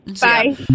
Bye